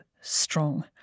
strong